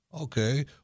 okay